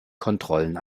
kontrollen